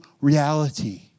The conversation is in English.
reality